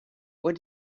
what